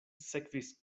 sekvis